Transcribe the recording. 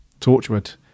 Torchwood